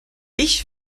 ich